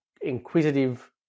inquisitive